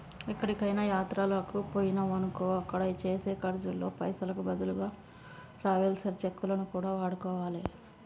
ఎక్కడికైనా యాత్రలకు బొయ్యినమనుకో అక్కడ చేసే ఖర్చుల్లో పైసలకు బదులుగా ట్రావెలర్స్ చెక్కులను కూడా వాడుకోవాలే